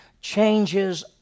changes